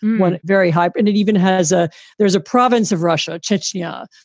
one very hyper. and it even has a there's a province of russia, chechnya,